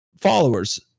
followers